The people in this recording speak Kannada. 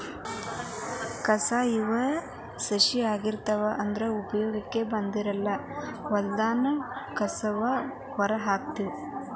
ಕಸಾ ಇವ ಸಸ್ಯಾ ಆಗಿರತಾವ ಆದರ ಉಪಯೋಗಕ್ಕ ಬರಂಗಿಲ್ಲಾ ಹೊಲದಾನ ಕಸುವ ಹೇರಕೊತಾವ